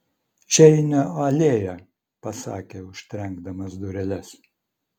čeinio alėja pasakė užtrenkdamas dureles